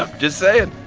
ah just saying.